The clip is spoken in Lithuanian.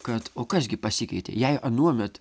kad o kas gi pasikeitė jei anuomet